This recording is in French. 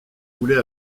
voulait